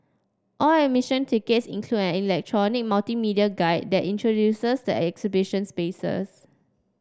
all admission tickets include an electronic multimedia guide that introduces the exhibition spaces